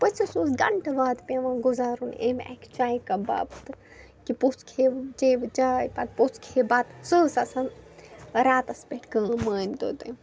پٔژھِس اوس گَنٹہٕ واد پٮ۪وان گُزارُن اَمہِ اَکہِ چایہِ کَپ باپتہٕ کہِ پوٚژھ کھیٚوٕ چیٚوٕ چاے پَتہٕ پوٚژھ کھے بَتہٕ سُہ اوس آسان راتَس پٮ۪ٹھ کٲم مٲنۍتو تُہۍ